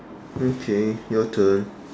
okay your turn